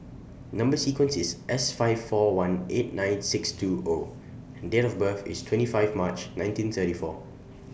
Number sequence IS S five four one eight nine six two O and Date of birth IS twenty five March nineteen thirty four